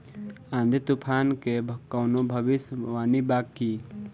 आँधी तूफान के कवनों भविष्य वानी बा की?